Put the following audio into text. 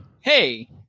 Hey